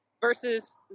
Versus